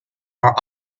are